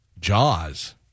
Jaws